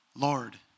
Lord